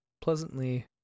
pleasantly